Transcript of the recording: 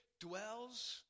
dwells